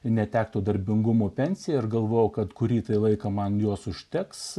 netektų darbingumo pensiją ir galvojau kad kurį tą laiką man juos užteks